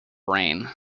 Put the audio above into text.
rain